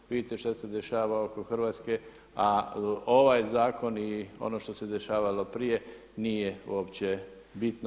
Vidite šta se dešava oko Hrvatske, a ovaj zakon i ono što se dešavalo prije nije uopće bitno.